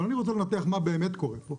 אבל אני רוצה לנתח מה באמת קורה פה.